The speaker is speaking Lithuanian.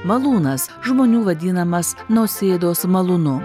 malūnas žmonių vadinamas nausėdos malūnu